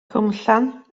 cwmllan